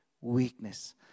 weakness